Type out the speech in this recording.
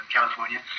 California